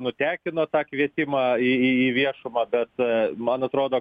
nutekino tą kvietimą į į į viešumą bet man atrodo